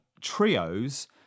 trios